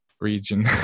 region